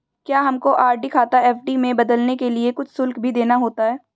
क्या हमको आर.डी खाता एफ.डी में बदलने के लिए कुछ शुल्क भी देना होता है?